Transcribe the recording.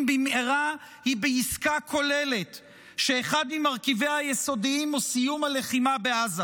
במהרה היא בעסקה כוללת שאחד ממרכיביה היסודיים הוא סיום הלחימה בעזה.